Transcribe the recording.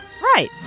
Right